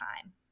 time